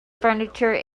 furniture